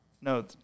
No